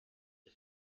the